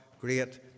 great